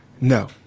No